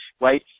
right